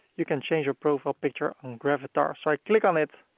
you can change your profile picture and gravatar. so i click on it,